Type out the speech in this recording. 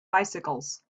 bicycles